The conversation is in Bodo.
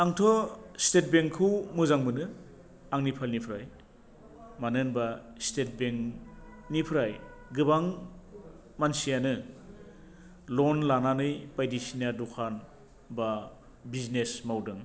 आंथ स्टेट बेंकखौ मोजां मोनो आंनि फालनिफ्राय मानो होनबा स्टेट बेंकनिफ्राय गोबां मानसियानो लन लानानै बायदिसिना दखान बा बिजिनेस मावदों